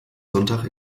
sonntag